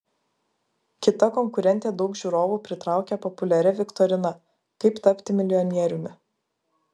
kita konkurentė daug žiūrovų pritraukia populiaria viktorina kaip tapti milijonieriumi